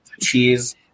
cheese